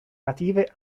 native